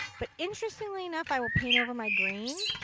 but interestingly enough, iwill paint over my green.